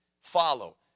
follow